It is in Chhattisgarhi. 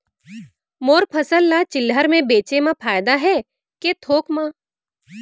मोर फसल ल चिल्हर में बेचे म फायदा है के थोक म?